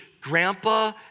Grandpa